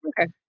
Okay